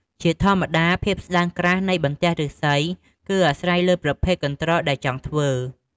ជាធម្មតា ភាពស្ដើងក្រាស់នៃបន្ទះឫស្សី គឺអាស្រ័យលើប្រភេទកន្រ្តកដែលចង់ធ្វើ។